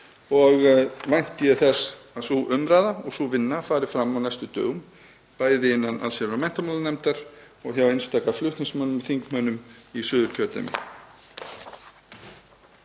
og vænti ég þess að sú umræða og sú vinna fari fram á næstu dögum, bæði innan allsherjar- og menntamálanefndar og hjá einstaka flutningsmönnum, þingmönnum í Suðurkjördæmi.